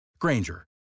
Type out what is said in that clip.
Granger